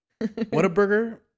Whataburger